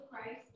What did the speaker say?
Christ